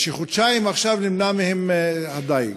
שחודשיים עכשיו נמנע מהם הדיג.